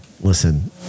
Listen